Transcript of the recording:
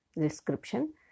description